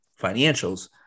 financials